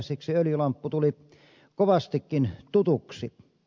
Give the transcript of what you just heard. siksi öljylamppu tuli kovastikin tutuksi